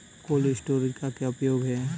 Cold storage का क्या उपयोग है?